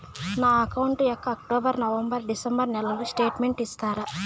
నా అకౌంట్ యొక్క October, November, December నెలల స్టేట్మెంట్ ఇస్తారా?